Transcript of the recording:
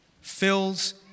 fills